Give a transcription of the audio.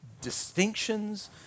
distinctions